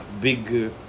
big